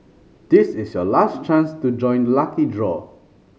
this is your last chance to join the lucky draw